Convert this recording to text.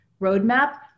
roadmap